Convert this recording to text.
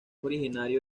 originario